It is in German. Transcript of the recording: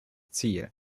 ziel